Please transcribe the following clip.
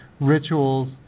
rituals